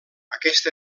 aquest